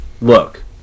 Look